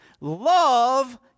love